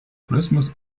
christmas